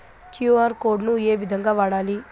QR code ను ఏ విధంగా వాడాలి?